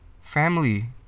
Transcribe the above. Family